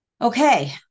Okay